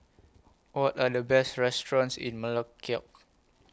What Are The Best restaurants in Melekeok